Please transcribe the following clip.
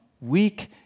weak